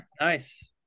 nice